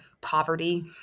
poverty